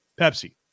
Pepsi